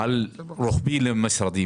תודה רבה.